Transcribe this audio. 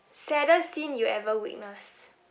saddest scene you ever witness